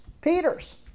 Peter's